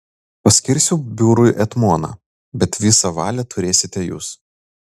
paskirsiu būriui etmoną bet visą valią turėsite jūs